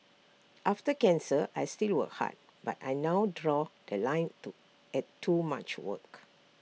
after cancer I still work hard but I now draw The Line too at too much work